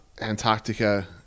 Antarctica